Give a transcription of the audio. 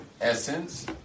Essence